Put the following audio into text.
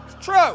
True